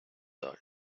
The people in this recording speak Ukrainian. далі